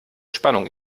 spannung